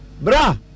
Bra